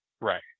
Right